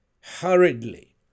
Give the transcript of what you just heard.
hurriedly